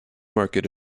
market